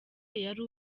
yari